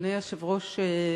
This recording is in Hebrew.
אדוני היושב-ראש,